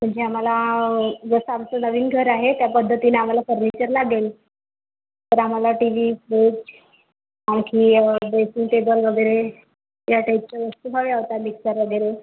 सध्या आम्हाला जसा आमचं नवीन घर आहे त्या पद्धतीनं आम्हाला फर्निचर लागेल तर आम्हाला टी व्ही फ्रिज आणखी ड्रेसिंग टेबल वगैरे या टाईपच्या वस्तू हव्या होत्या मिक्सर वगैरे